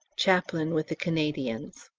chaplain with the canadians.